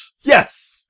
Yes